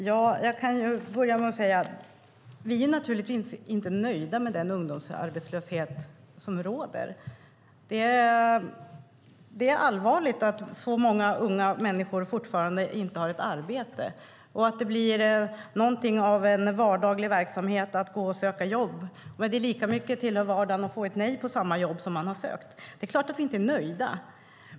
Herr talman! Vi är naturligtvis inte nöjda med den ungdomsarbetslöshet som råder. Det är allvarligt att så många unga människor fortfarande inte har ett arbete och att det blir nästan en vardaglig verksamhet att gå och söka jobb men lika mycket tillhör vardagen att få ett nej på det jobb som man har sökt. Det är klart att vi inte är nöjda.